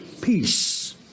Peace